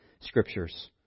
Scriptures